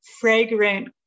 fragrant